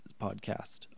podcast